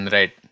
Right